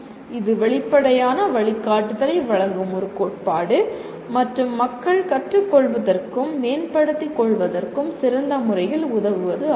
இது வெளிப்படையான வழிகாட்டுதலை வழங்கும் ஒரு கோட்பாடு மற்றும் மக்கள் கற்றுக்கொள்வதற்கும் மேம்படுத்திக்கொள்வதற்கும் சிறந்த முறையில் உதவுவது ஆகும்